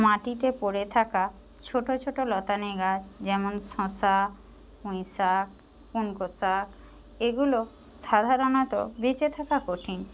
মাটিতে পড়ে থাকা ছোটো ছোটো লতানে গাছ যেমন শশা পুইঁ শাক কুনকো শাক এগুলো সাধারণত বেঁচে থাকা কঠিন